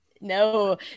no